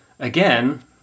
Again